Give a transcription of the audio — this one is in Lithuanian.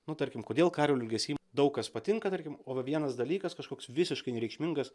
nu tarkim kodėl karolio elgesy daug kas patinka tarkim o vienas dalykas kažkoks visiškai nereikšmingas